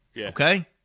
Okay